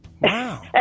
Wow